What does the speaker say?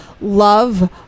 love